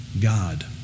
God